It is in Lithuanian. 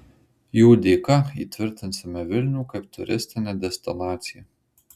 jų dėka įtvirtinsime vilnių kaip turistinę destinaciją